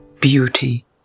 beauty